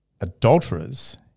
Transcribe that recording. adulterers